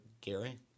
Gary